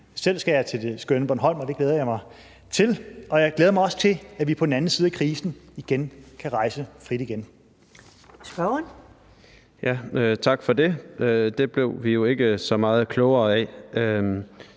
Selv skal jeg til det skønne Bornholm, og det glæder jeg mig til. Og jeg glæder mig også til, at vi på den anden side af krisen kan rejse frit igen. Kl. 13:09 Første næstformand